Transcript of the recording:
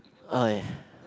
okay